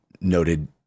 noted